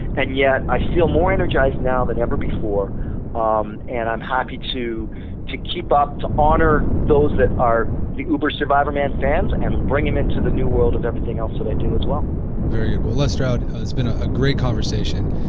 and yet i feel more energized now than ever before ah um and i am happy to to keep up to honor those that are the uber survivorman and fans and and bring them into the new world of everything else that they do as well very good les stroud, it has been a great conversation,